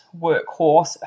workhorse